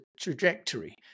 trajectory